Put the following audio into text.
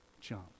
jump